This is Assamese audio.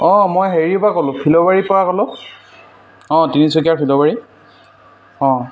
অঁ মই হেৰিৰ পৰা ক'লোঁ ফিল'বাৰীৰ পৰা ক'লোঁ অঁ তিনিচুকীয়া ফিল'বাৰী অঁ